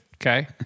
Okay